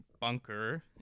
Bunker